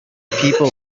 people